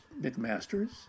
McMasters